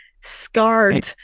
Scarred